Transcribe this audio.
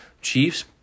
Chiefs